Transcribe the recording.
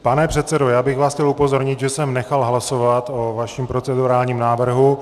Pane předsedo, já bych vás chtěl upozornit, že jsem nechal hlasovat o vašem procedurálním návrhu.